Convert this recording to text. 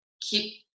keep